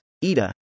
EDA